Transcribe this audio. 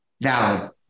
valid